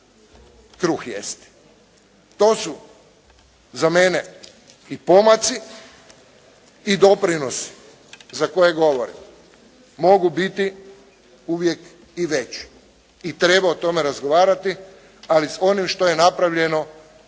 kruh jesti. To su za mene i pomaci i doprinosi za koje govorim. Mogu biti uvijek i veći i treba o tome razgovarati, ali s onim što je pravljeno treba